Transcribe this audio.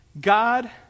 God